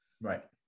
Right